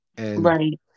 Right